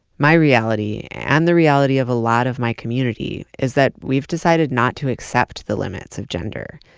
my reality, and the reality of a lot of my community, is that we've decided not to accept the limits of gender.